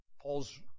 Paul's